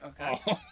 Okay